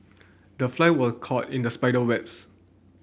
the fly was caught in the spider webs